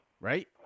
Right